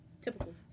typical